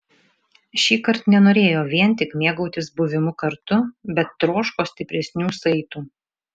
šįkart nenorėjo vien tik mėgautis buvimu kartu bet troško stipresnių saitų